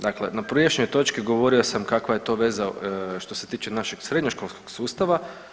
Dakle, na prijašnjoj točki govorio sam kakva je to veza što se tiče našeg srednjoškolskog sustava.